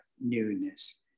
newness